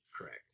Correct